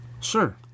Sure